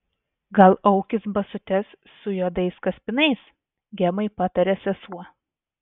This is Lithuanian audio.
gal aukis basutes su juodais kaspinais gemai patarė sesuo